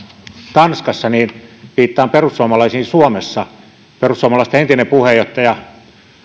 tanskassa niin viittaan perussuomalaisiin suomessa perussuomalaisten entinen puheenjohtaja